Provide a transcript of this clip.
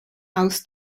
aus